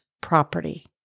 property